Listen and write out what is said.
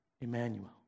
Emmanuel